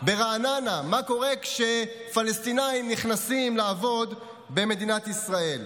ברעננה מה קורה כשפלסטינים נכנסים לעבוד במדינת ישראל.